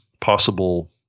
possible